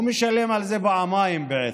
הוא משלם על זה פעמיים, בעצם: